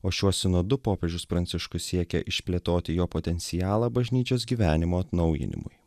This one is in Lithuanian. o šiuo sinodu popiežius pranciškus siekia išplėtoti jo potencialą bažnyčios gyvenimo atnaujinimui